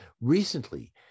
Recently